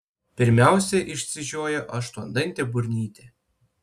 pirmiausia išsižioja aštuondantė burnytė